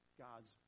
God's